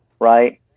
right